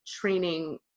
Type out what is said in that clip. training